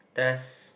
test